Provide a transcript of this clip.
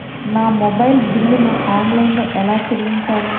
నా మొబైల్ బిల్లును ఆన్లైన్లో ఎలా చెల్లించాలి?